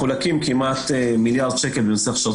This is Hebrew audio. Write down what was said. מחולקים כמעט מיליארד שקל בנושא הכשרות